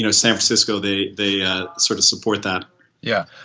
you know san francisco, they they ah sort of support that yeah.